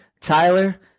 Tyler